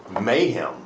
mayhem